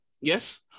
yes